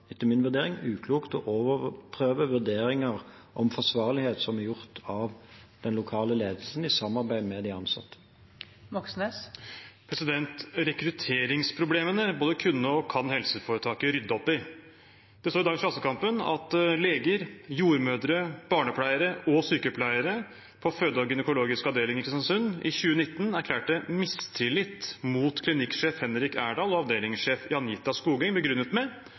uklokt å overprøve vurderinger om forsvarlighet som er gjort av den lokale ledelsen i samarbeid med de ansatte. Rekrutteringsproblemene både kunne og kan helseforetaket rydde opp i. Det står i dagens Klassekampen at leger, jordmødre, barnepleiere og sykepleiere på føde- og gynekologisk avdeling i Kristiansund i 2019 erklærte mistillit mot klinikksjef Henrik Erdal og avdelingssjef Janita Skogeng, begrunnet med